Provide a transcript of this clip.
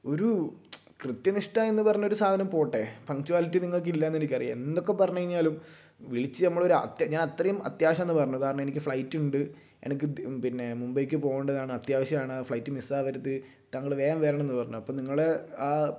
ഒരു കൃത്യനിഷ്ഠ എന്ന് പറഞ്ഞ ഒരു സാധനം പോകട്ടെ പങ്ചുവാലിറ്റി നിങ്ങൾക്ക് ഇല്ല എന്ന് എനിക്ക് അറിയാം എന്തൊക്കെ പറഞ്ഞു കഴിഞ്ഞാലും വിളിച്ച് നമ്മൾ ഒരു അത്യ ഞാൻ അത്രയും അത്യാവശ്യം എന്ന് പറഞ്ഞ് കാരണം എനിക്ക് ഫ്ലൈറ്റ് ഉണ്ട് എനിക്ക് പിന്നെ മുംബൈക്ക് പോകേണ്ടതാണ് അത്യാവശ്യമാണ് ആ ഫ്ലൈറ്റ് മിസ്സാവരുത് താങ്കൾ വേഗം വരണം എന്ന് പറഞ്ഞു അപ്പം നിങ്ങൾ ആ